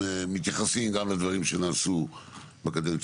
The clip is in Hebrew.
הם מתייחסים גם לדברים שנעשו בקדנציה